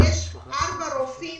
יש ארבעה רופאי